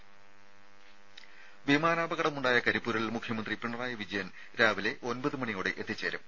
രുമ വിമാനാപകടമുണ്ടായ കരിപ്പൂരിൽ മുഖ്യമന്ത്രി പിണറായി വിജയൻ രാവിലെ ഒമ്പതു മണിയോടെ എത്തിച്ചേരും